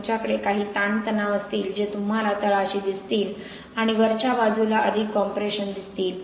तुमच्याकडे काही ताणतणाव असतील जे तुम्हाला तळाशी दिसतील आणि वरच्या बाजूला अधिक कॉम्प्रेशन दिसतील